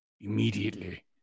immediately